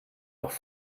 doch